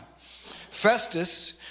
Festus